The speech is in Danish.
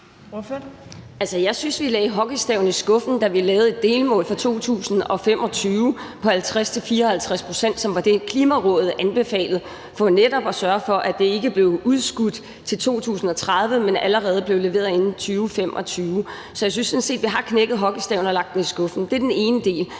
jeg synes, vi lagde hockeystaven i skuffen, da vi lavede et delmål for 2025 på 50-54 pct., som var det, Klimarådet anbefalede, for netop at sørge for, at det ikke blev udskudt til 2030, men allerede blev leveret inden 2025. Så jeg synes sådan set, vi har knækket hockeystaven og lagt den i skuffen. Det er den ene del.